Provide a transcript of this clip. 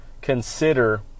consider